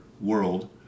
world